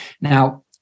Now